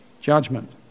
judgment